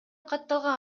катталган